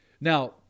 Now